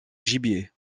gibier